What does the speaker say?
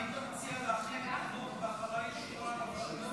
אם היית מציע להחיל את החוק בהחלה ישירה על הרשויות